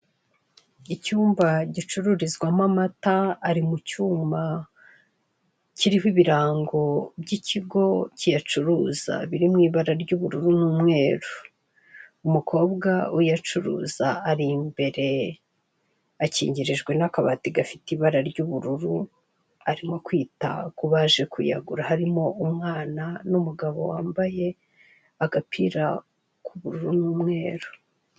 Icyumba gicururizwamo amata ari mu cyuma kiriho ibirango by'ikigo kiyacuruza biri mu ibara ry'ubururu n'umweru, umukobwa uyacuruza ari imbere akingirijwe n'akabati gafite ibara ry'ubururu arimo kwita ku baje kuyagura harimo umwana n'umugabo wambaye agapira k'ubururu n'umweru.